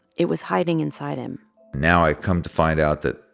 it was hiding inside him now, i come to find out that,